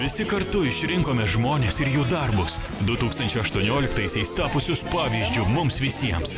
visi kartu išrinkome žmones ir jų darbus du tūkstančiai aštuoniolktaisiais tapusius pavyzdžiu mums visiems